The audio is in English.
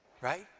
right